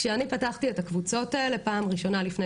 כשאני פתחתי את הקבוצות האלה פעם ראשונה לפני